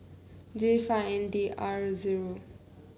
J five N D R zero